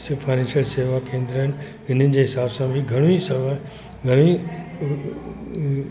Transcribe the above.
सिफारिश ऐं शेवा केंद्र आहिनि हिननि जे हिसाब सां बि घणियूं ई शेवा घणियूं ई